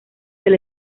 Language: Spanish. del